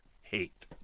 hate